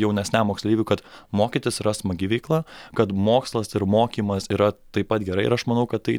jaunesniam moksleiviui kad mokytis yra smagi veikla kad mokslas ir mokymas yra taip pat gerai ir aš manau kad tai